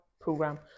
program